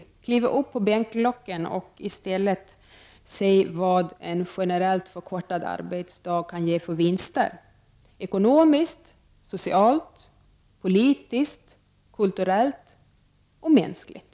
Kliv i stället upp på bänklocken och säg vad en generellt förkortad arbetsdag kan ge för vinster, dvs. ekonomiskt, socialt, politiskt, kulturellt och mänskligt.